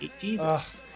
Jesus